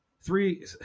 three